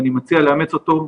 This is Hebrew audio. ואני מציע לאמץ אותו.